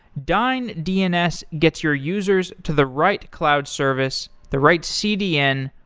dyn dns gets your users to the right cloud service, the right cdn,